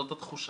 זאת התחושה.